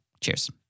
Cheers